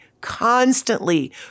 constantly